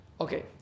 Okay